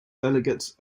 delegates